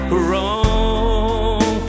wrong